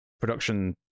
production